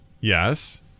Yes